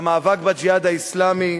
במאבק ב"ג'יהאד האסלאמי".